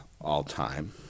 all-time